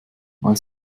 weil